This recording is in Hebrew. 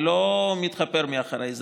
אני לא מתחבא מאחורי זה.